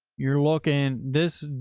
you're walking this,